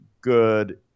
good